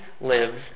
lives